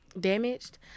Damaged